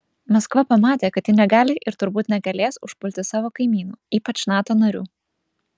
maskva pamatė kad ji negali ir turbūt negalės užpulti savo kaimynų ypač nato narių